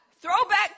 Throwback